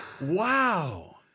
Wow